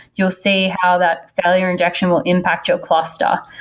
you will see how that failure injection will impact your cluster.